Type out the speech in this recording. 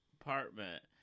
apartment